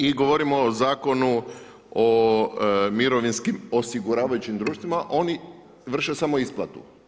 I govorimo o Zakonu o mirovinskim osiguravajućim društvima, oni vrše samo isplatu.